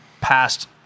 past